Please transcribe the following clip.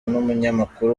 n’umunyamakuru